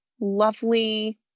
lovely